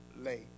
late